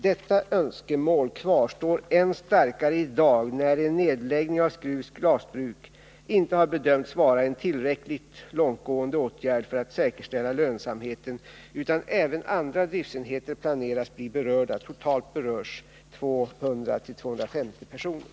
Detta önskemål kvarstår än starkare i dag, när en nedläggning av Skrufs glasbruk inte har bedömts vara en tillräckligt långtgående åtgärd för att säkerställa lönsamheten, utan även andra driftenheter planeras bli berörda. Totalt berörs 200-250 personer.